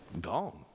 Gone